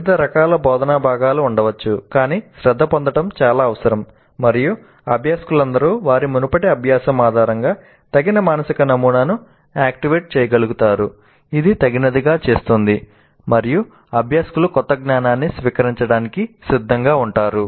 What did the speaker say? వివిధ రకాల బోధనా భాగాలు ఉండవచ్చు కానీ శ్రద్ధ పొందడం చాలా అవసరం మరియు అభ్యాసకులందరూ వారి మునుపటి అభ్యాసం ఆధారంగా తగిన మానసిక నమూనాను యాక్టివేట్ చేయగలుగుతారు ఇది తగినదిగా చేస్తుంది మరియు అభ్యాసకులు కొత్త జ్ఞానాన్ని స్వీకరించడానికి సిద్ధంగా ఉంటారు